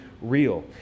real